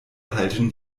halten